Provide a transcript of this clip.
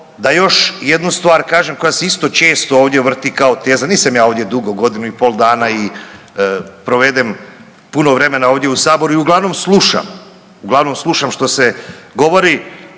da još jednu stvar kažem koja se isto često ovdje vrti kao teza, nisam ja ovdje dugo 1,5 godinu i provedem puno vremena ovdje u Saboru i uglavnom slušam, uglavnom slušam što se govori.